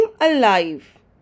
alive